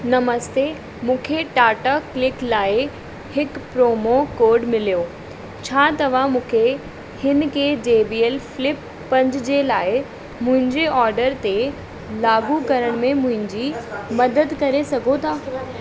नमस्ते मूंखे टाटा क्लिक लाइ हिकु प्रोमो कोड मिलियो छा तव्हां मूंखे हिन खे जे बी एल फिल्प पंज जे लाइ मुंहिंजे ऑडर ते लाॻू करण में मुंहिंजी मदद करे सघो था